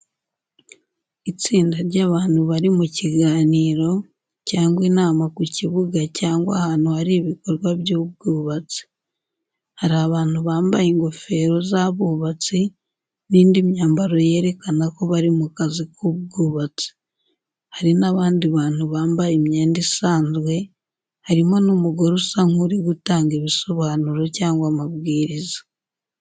Itsinda ry’abantu bari mu kiganiro, cyangwa inama ku kibuga cyangwa ahantu hari ibikorwa by’ubwubatsi. Hari abantu bambaye ingofero z’abubatsi n’indi myambaro yerekana ko bari mu kazi k’ubwubatsi. Hari n’abandi bantu bambaye imyenda isanzwe, harimo n’umugore usa nk’uri gutanga ibisobanuro cyangwa amabwiriza.